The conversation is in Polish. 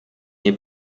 nie